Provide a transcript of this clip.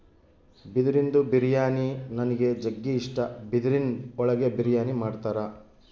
ಬಿದಿರಿಂದು ಬಿರಿಯಾನಿ ನನಿಗ್ ಜಗ್ಗಿ ಇಷ್ಟ, ಬಿದಿರಿನ್ ಒಳಗೆ ಬಿರಿಯಾನಿ ಮಾಡ್ತರ